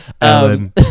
Alan